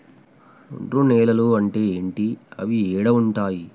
ఒండ్రు నేలలు అంటే ఏంటి? అవి ఏడ ఉంటాయి?